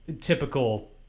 typical